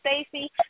Stacey